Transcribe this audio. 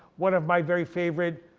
one of my very favorite